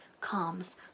comes